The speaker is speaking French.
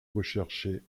recherché